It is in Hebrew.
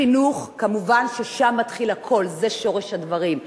חינוך, כמובן, שם מתחיל הכול, זה שורש הדברים.